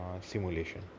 simulation